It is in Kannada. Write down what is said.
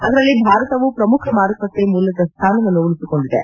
ಅದರಲ್ಲಿ ಭಾರತವು ಪ್ರಮುಖ ಮಾರುಕಟ್ಟ ಮೂಲದ ಸ್ಥಾನವನ್ನು ಉಳಿಸಿಕೊಂಡಿದೆ